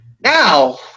Now